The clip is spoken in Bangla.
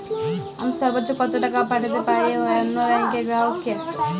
আমি সর্বোচ্চ কতো টাকা পাঠাতে পারি অন্য ব্যাংকের গ্রাহক কে?